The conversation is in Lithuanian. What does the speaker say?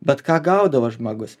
bet ką gaudavo žmogus